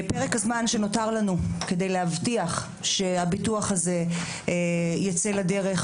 פרק הזמן שנותר לנו כדי להבטיח שהביטוח הזה יצא לדרך